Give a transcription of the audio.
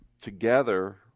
together